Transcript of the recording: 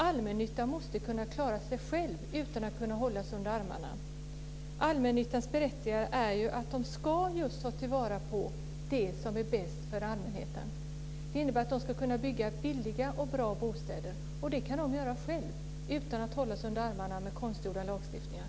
Allmännyttan måste kunna klara sig själv utan att hållas under armarna. Allmännyttans berättigande är just att den ska ta vara på det som är bäst för allmänheten. Det innebär att den ska kunna bygga billiga och bra bostäder, och det kan den göra själv utan att hållas under armarna med konstgjorda lagstiftningar.